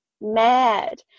mad